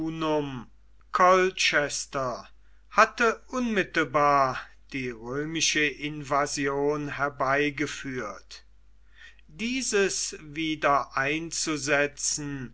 hatte unmittelbar die römische invasion herbeigeführt dieses wieder einzusetzen